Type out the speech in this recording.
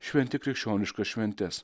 šventi krikščioniškas šventes